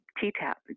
T-Tap